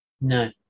No